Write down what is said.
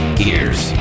gears